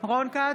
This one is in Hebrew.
רון כץ,